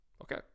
Okay